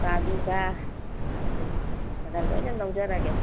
ꯎꯀꯥꯕꯤꯒ ꯑꯗꯨꯝ ꯈꯔ ꯂꯣꯏꯅ ꯂꯧꯖꯔꯒꯦ